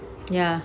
ya